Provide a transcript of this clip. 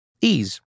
Ease